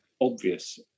obvious